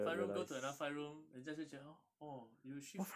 five room go to another five room 人家就觉得 hor orh you shift